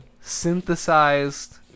synthesized